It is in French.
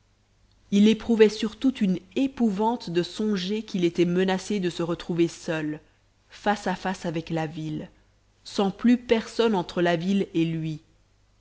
il éprouvait surtout une épouvante de songer qu'il était menacé de se retrouver seul face à face avec la ville sans plus personne entre la ville et lui